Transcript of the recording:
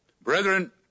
brethren